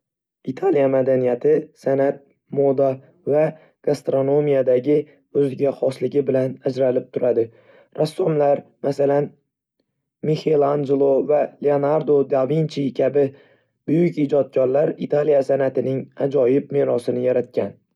Italiya madaniyati san'at, moda va gastronomiyadagi o'ziga xosligi bilan ajralib turadi. Rassomlar, masalan, Michelangelo va Leonardo da Vinci kabi buyuk ijodkorlar Italiya san'atining ajoyib merosini yaratgan.